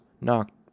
knocked